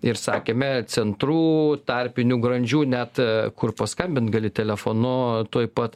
ir sakėme centrų tarpinių grandžių net kur paskambint gali telefonu tuoj pat